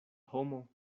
homo